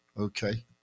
Okay